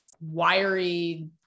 wiry